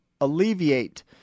alleviate